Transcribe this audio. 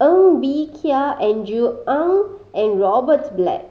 Ng Bee Kia Andrew Ang and Robert Black